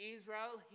Israel